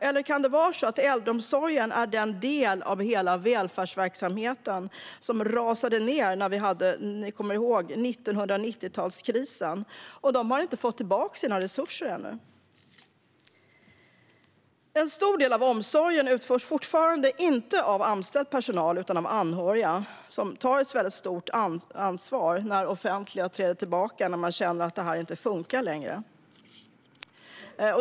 Eller kan det vara så att äldreomsorgen är den del av välfärdsverksamheten som rasade när vi hade 1990-talskrisen, som ni kommer ihåg? De har inte fått tillbaka sina resurser ännu. En stor del av omsorgen utförs fortfarande inte av anställd personal utan av anhöriga, som tar ett stort ansvar när det offentliga träder tillbaka och man känner att det inte funkar längre.